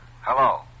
Hello